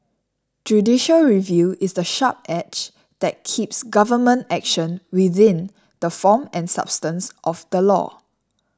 judicial review is the sharp edge that keeps government action within the form and substance of the law